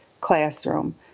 classroom